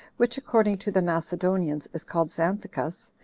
which, according to the macedonians, is called xanthicus,